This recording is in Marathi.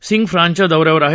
सिंग फ्रांसच्या दौऱ्यावर आहेत